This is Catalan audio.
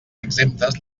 exemptes